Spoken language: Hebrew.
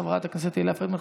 חברת הכנסת הילה פרידמן,